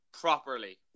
properly